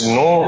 no